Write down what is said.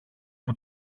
που